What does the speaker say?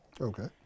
okay